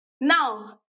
Now